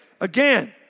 again